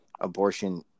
abortion